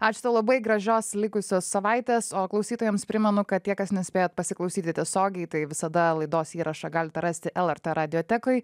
ačiū tau labai gražios likusios savaitės o klausytojams primenu kad tie kas nespėjat pasiklausyti tiesiogiai tai visada laidos įrašą galite rasti lrt radijo tekoj